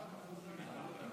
תודה.